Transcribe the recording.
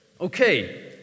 Okay